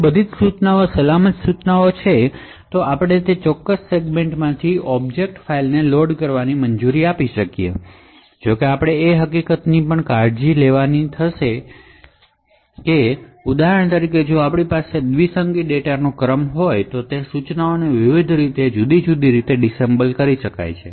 જો બધી ઇન્સટ્રકશનશ સલામત ઇન્સટ્રકશનશ છે તો આપણે તે સેગમેન્ટમાંથી ઑબ્જેક્ટ ફાઇલને લોડ કરવાની મંજૂરી આપી શકીએ છીએ જો કે આપણે એ હકીકતની પણ કાળજી લેવાની જરૂર છે કે ઉદાહરણ તરીકે જો આપણી પાસે બાઈનરી ડેટાનો ક્રમ હોય તો ઇન્સટ્રકશનને વિવિધ રીતે જુદી જુદી રીતે ડિસએસેમ્બલ કરી શકાય છે